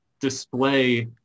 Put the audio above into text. display